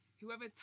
whoever